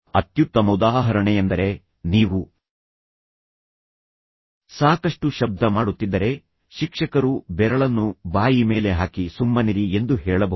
ಅತ್ಯುತ್ತಮ ಉದಾಹರಣೆಯೆಂದರೆ ನೀವು ಸಾಕಷ್ಟು ಶಬ್ದ ಮಾಡುತ್ತಿದ್ದರೆ ಶಿಕ್ಷಕರು ಬೆರಳನ್ನು ಬಾಯಿ ಮೇಲೆ ಹಾಕಿ ಸುಮ್ಮನಿರಿ ಎಂದು ಹೇಳಬಹುದು